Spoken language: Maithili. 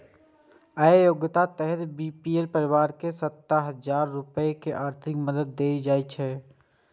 अय योजनाक तहत बी.पी.एल परिवार कें सत्तर हजार रुपैया के आर्थिक मदति देल जाइ छै